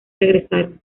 regresaron